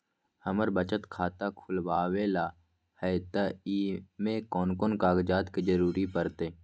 हमरा बचत खाता खुलावेला है त ए में कौन कौन कागजात के जरूरी परतई?